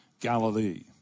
Galilee